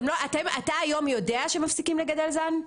אתה היום יודע שמפסיקים לגדל זן?